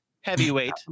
heavyweight